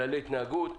כללי התנהגות,